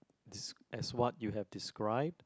des~ as what you have described